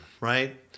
right